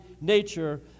nature